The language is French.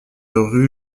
rue